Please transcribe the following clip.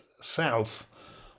south